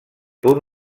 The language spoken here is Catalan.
punt